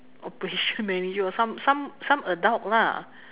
operation manager or some some some adult lah